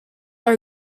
are